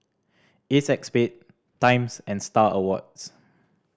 Acexspade Times and Star Awards